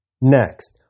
Next